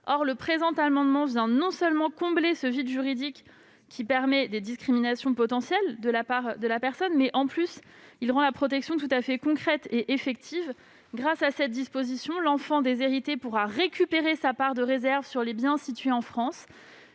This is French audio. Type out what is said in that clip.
Le présent amendement vise non seulement à combler ce vide juridique, qui permet des discriminations potentielles, mais aussi à rendre la protection tout à fait concrète et effective. Grâce à cette disposition, l'enfant déshérité pourra récupérer sa part de réserve sur les biens situés en France